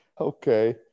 okay